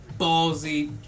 ballsy